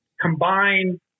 combine